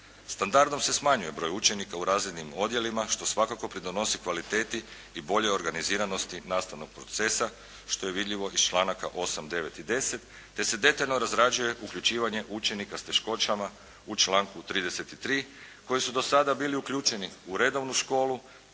Standardom se smanjuje broj učenika u razrednim odjelima što svakako pridonosi kvaliteti i boljoj organiziranosti nastavnog procesa što je vidljivo iz članaka 8., 9. i 10. te se detaljno razrađuje uključivanje učenika s teškoćama u članku 33. koji su do sada bili uključeni u redovnu školu,